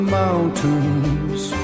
mountains